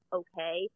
okay